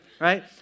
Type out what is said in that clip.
right